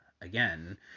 again